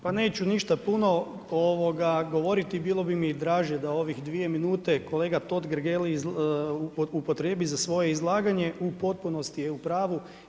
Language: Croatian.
Pa neću ništa puno govoriti, bilo bi mi draže da u ovih dvije minute kolega Totgergeli upotrijebi za svoje izlaganje u potpunosti je u pravu.